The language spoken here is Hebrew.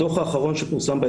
הדוח האחרון שפורסם,